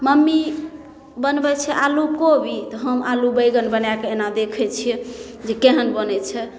mummy बनबै छै आलू कोबी तऽ हम आलू बैगन बनाकऽ एना देखै छियै जे केहन बनै छै